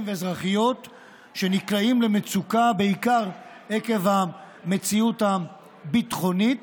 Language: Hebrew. ואזרחיות שנקלעים למצוקה בעיקר עקב המציאות הביטחונית,